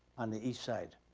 on the east side.